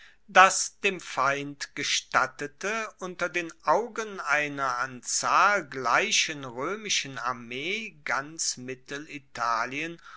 das dem feind gestattete unter den augen einer an zahl gleichen roemischen armee ganz mittelitalien